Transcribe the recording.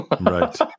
Right